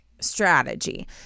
strategy